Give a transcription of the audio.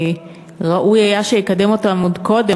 וראוי היה שיקדם אותן עוד קודם,